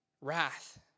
Wrath